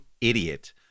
idiot